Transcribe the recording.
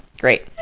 Great